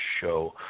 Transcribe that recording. show